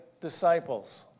disciples